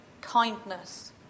Kindness